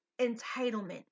entitlement